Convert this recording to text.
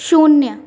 शून्य